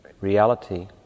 reality